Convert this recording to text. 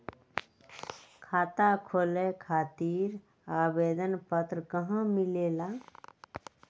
खाता खोले खातीर आवेदन पत्र कहा मिलेला?